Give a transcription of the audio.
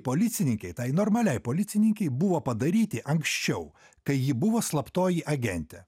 policininkei tai normaliai policininkei buvo padaryti anksčiau kai ji buvo slaptoji agentė